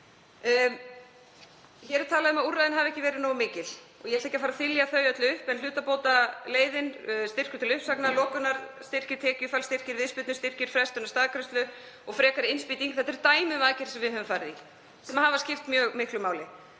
Hér er talað um að úrræðin hafi ekki verið nógu mikil. Ég ætla ekki fara að þylja þau öll upp en hlutabótaleiðin, styrkur til uppsagna, lokunarstyrkir, tekjufallsstyrkir, viðspyrnustyrkir, frestun á staðgreiðslu og frekari innspýting eru dæmi um aðgerðir sem við höfum farið í sem hafa skipt mjög miklu máli.